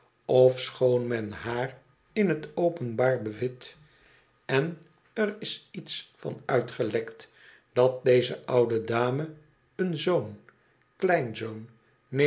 ofschoon men haar in t openbaar bevit en er is iets van uitgelekt dat deze oude dame een zoon kleinzoon neef